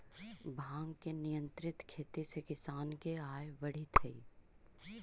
भाँग के नियंत्रित खेती से किसान के आय बढ़ित हइ